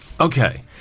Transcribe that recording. Okay